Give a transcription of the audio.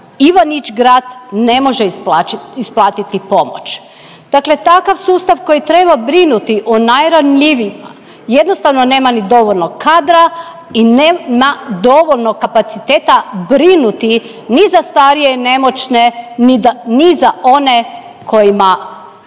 Ivanić Grad ne može isplatiti pomoć. Dakle takav sustav koji treba brinuti o najranjivijima jednostavno nema ni dovoljno kadra i nema dovoljno kapaciteta brinuti ni za starije, nemoćne, ni za one kojima